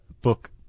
book